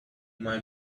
may